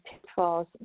pitfalls